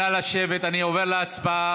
נא לשבת, אני עובר להצבעה.